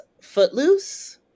Footloose